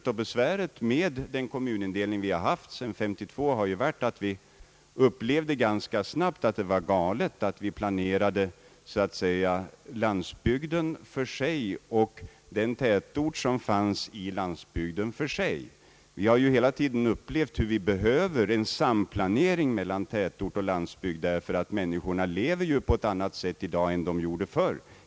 Vi fann ju ganska snabbt att den kommunindelning vi haft sedan 1952 var felaktig; vi planerade landsbygden för sig och den tätort som fanns i landsbygden för sig. Vi har hela tiden märkt att vi behöver en samplanering mellan tätort och landsbygd, eftersom människorna i dag lever på ett helt annat sätt än de gjorde förr.